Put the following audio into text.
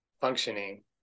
functioning